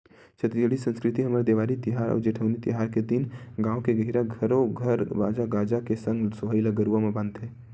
छत्तीसगढ़ी संस्कृति हमर देवारी तिहार अउ जेठवनी तिहार के दिन गाँव के गहिरा घरो घर बाजा गाजा के संग सोहई ल गरुवा म बांधथे